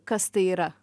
kas tai yra